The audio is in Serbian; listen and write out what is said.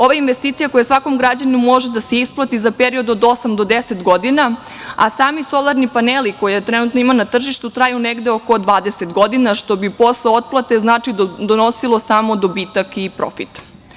Ovo je investicija koja svakom građaninu može da se isplati za period od osam do deset godina, a sami solarni paneli kojih trenutno ima na tržištu traju negde oko 20 godina, što bi posle otplate donosilo samo dobitak i profit.